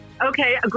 okay